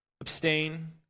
Abstain